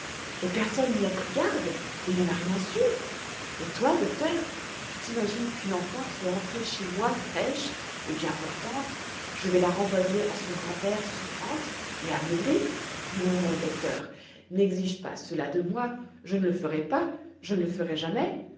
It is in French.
et personne n'y a pris garde et n'en a rien su et toi docteur tu t'imagines qu'une enfant qui est entrée chez moi fraîche et bien portante je vais la renvoyer à son grand-père souffrante et amaigrie non docteur n'exige pas cela de moi je ne le ferai pas je ne le ferai jamais